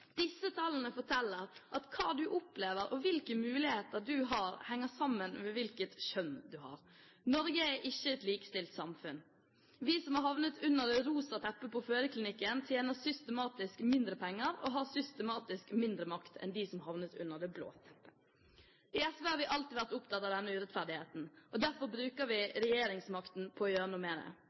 Disse tallene forteller at hva du opplever og hvilke muligheter du har, henger sammen med hvilket kjønn du har. Norge er ikke et likestilt samfunn. Vi som havnet under det rosa teppet på fødeklinikken, tjener systematisk mindre penger og har systematisk mindre makt enn de som havnet under det blå. I SV har vi alltid vært opptatt av denne urettferdigheten, og derfor bruker vi regjeringsmakten på å gjøre noe med det.